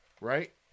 Right